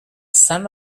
son